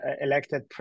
elected